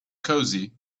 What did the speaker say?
cosy